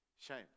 Shame